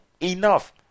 Enough